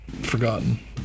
forgotten